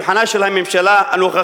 על שולחנה של הממשלה הנוכחית,